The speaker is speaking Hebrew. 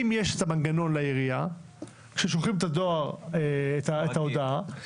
אם לעירייה יש את המנגנון,